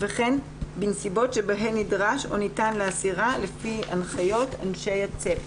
וכן בנסיבות שבהן נדרש או ניתן להסירה לפי הנחיות אנשי הצוות.